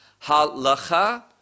halacha